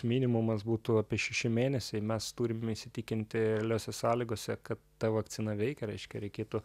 minimumas būtų apie šeši mėnesiai mes turim įsitikinti realiose sąlygose kad ta vakcina veikia reiškia reikėtų